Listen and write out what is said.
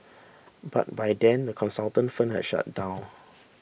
but by then the consultant firm had shut down